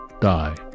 die